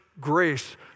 grace